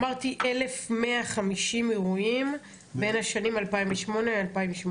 אמרתי 1150 אירועים בין השנים 2008 ל־2018.